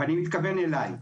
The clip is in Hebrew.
ואני מתכוון אלי.